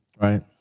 Right